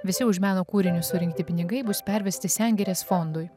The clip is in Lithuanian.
visi už meno kūrinius surinkti pinigai bus pervesti sengirės fondui